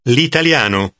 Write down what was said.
L'italiano